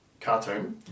cartoon